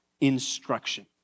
instruction